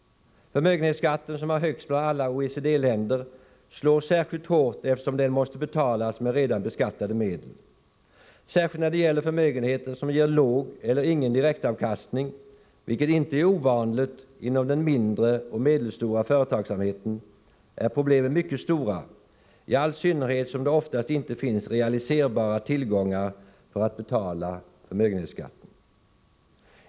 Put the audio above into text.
Förmögenhetsskatten, där Sverige ligger högst bland alla OECD länder, slår särskilt hårt eftersom den måste betalas med redan beskattade medel. Särskilt när det gäller förmögenheter som ger låg eller ingen direktavkastning, vilket inte är ovanligt inom den mindre och medelstora företagsamheten, är problemen mycket stora, i all synnerhet som det oftast inte finns realiserbara tillgångar för att betala förmögenhetsskatten.